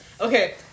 Okay